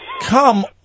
come